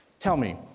tell me,